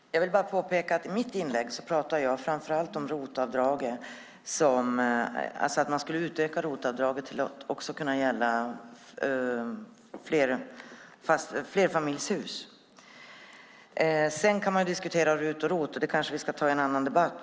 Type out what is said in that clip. Herr talman! Jag vill bara påpeka att jag i mitt inlägg pratade framför allt om att man skulle utöka ROT-avdraget till att gälla också flerfamiljshus. Man kan diskutera RUT och ROT. Det kanske vi ska ta i en annan debatt.